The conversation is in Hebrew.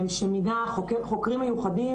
שמפרטת ממש בכלים ברורים מה הצעדים